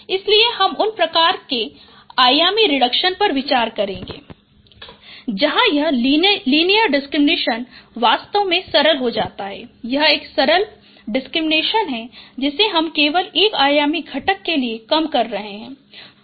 इसलिए हम उन प्रकार के आयामी रिडक्सन पर विचार करेंगे जहां यह लीनियर डिसक्रिमिनेशन वास्तव में सरल हो जाता है यह एक सरल डिसक्रिमिनेशन है जिसे इसे हम केवल एक आयामी घटक के लिए कम कर रहे हैं